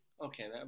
okay